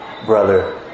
brother